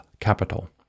Capital